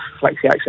flexi-access